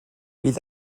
bydd